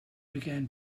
began